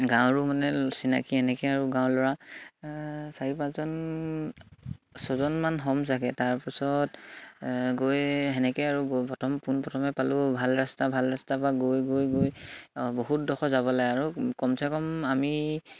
গাঁৱৰো মানে চিনাকি এনেকে আৰু গাঁৱৰ ল'ৰা চাৰি পাঁচজন ছজনমান হ'ম চাগে তাৰপিছত গৈ সেনেকে আৰু প্ৰথম পোনপ্ৰথমে পালোঁ ভাল ৰাস্তা ভাল ৰাস্তা বা গৈ গৈ গৈ বহুত দখৰ যাব লাগে আৰু কমচে কম আমি